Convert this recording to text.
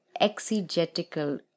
exegetical